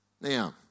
Now